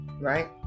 right